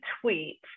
tweet